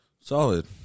Solid